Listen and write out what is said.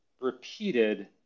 repeated